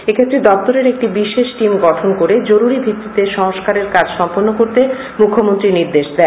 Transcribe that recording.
এক্ষেত্রে দপ্তরের একটি বিশেষ টিম গঠন করে জরুরি ভিত্তিতে সংস্কারের কাজ সম্পন্ন করতে মুখ্যমন্ত্রী নির্দেশ দেন